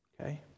Okay